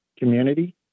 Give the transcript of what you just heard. Community